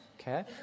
okay